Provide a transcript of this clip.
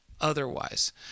otherwise